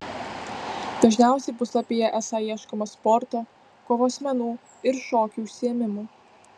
dažniausiai puslapyje esą ieškoma sporto kovos menų ir šokių užsiėmimų